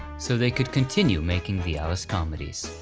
so they could continue making the alice comedies.